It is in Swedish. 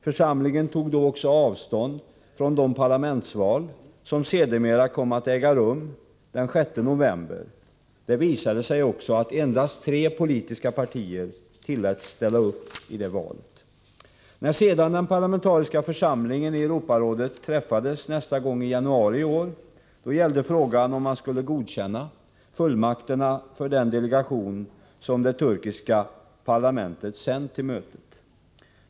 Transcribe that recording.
Församlingen tog då också avstånd från de parlamentsval som sedermera kom att äga rum den 6 november. Det visade sig också att endast tre politiska partier tilläts ställa upp i det valet. När sedan den parlamentariska församlingen i Europarådet träffades nästa gång, i januari i år, då gällde frågan om man skulle godkänna fullmakterna för den delegation som det turkiska parlamentet sänt till mötet.